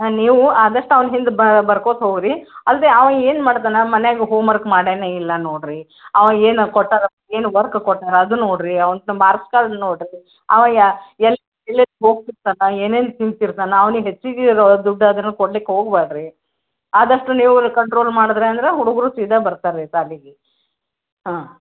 ಹಾಂ ನೀವು ಆದಷ್ಟು ಅವ್ನ ಹಿಂದೆ ಬರ್ಕೊತ ಹೋಗಿ ರೀ ಅಲ್ಲದೆ ಅವ ಏನು ಮಾಡ್ತಾನೆ ಮನ್ಯಾಗೆ ಹೋಮ್ ವರ್ಕ್ ಮಾಡ್ಯಾನ ಇಲ್ಲ ನೋಡಿರಿ ಅವ ಏನು ಕೊಟ್ಟಾರೆ ಏನು ವರ್ಕ್ ಕೊಟ್ಟಾರೆ ಅದು ನೋಡಿರಿ ಅವ್ನ ಮಾರ್ಕ್ಸ್ ಕಾರ್ಡ್ ನೋಡ್ರಿ ಅವ ಯಾ ಎಲ್ಲಿ ಎಲ್ಲೆಲ್ಲಿ ಹೋಗ್ತಿರ್ತನೆ ಏನೇನು ತಿಂತಿರ್ತಾನೆ ಅವ್ನಿಗೆ ಹೆಚ್ಚಿಗಿರೊ ದುಡ್ಡು ಅದನ್ನು ಕೊಡ್ಲಿಕೆ ಹೋಗ ಬ್ಯಾಡರಿ ಆದಷ್ಟು ನೀವು ಕಂಟ್ರೋಲ್ ಮಾಡಿದ್ರಿ ಅಂದ್ರೆ ಹುಡುಗರು ಸೀದಾ ಬರ್ತಾರೆ ರೀ ಶಾಲಿಗಿ ಹಾಂ